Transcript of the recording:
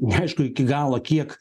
neaišku iki galo kiek